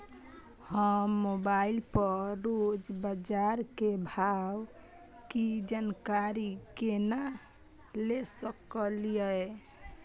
हम मोबाइल पर रोज बाजार के भाव की जानकारी केना ले सकलियै?